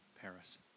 Paris